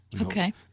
Okay